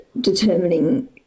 determining